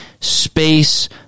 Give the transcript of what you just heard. space